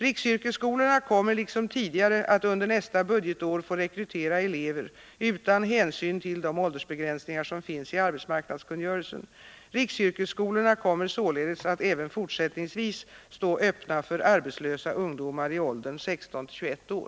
Riksyrkesskolorna kommer liksom tidigare att under nästa budgetår få rekrytera elever utan hänsyn till de åldersbegränsningar som finns i arbetsmarknadskungörelsen. Riksyrkesskolorna kommer således att även fortsättningsvis stå öppna för arbetslösa ungdomar i åldern 16-21 år.